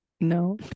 No